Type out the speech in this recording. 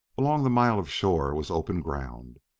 along the mile of shore was open ground.